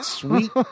sweet